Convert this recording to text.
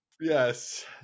Yes